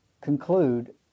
conclude